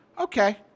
okay